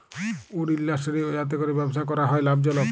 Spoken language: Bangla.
উড ইলডাসটিরি যাতে ক্যরে ব্যবসা ক্যরা হ্যয় লাভজলক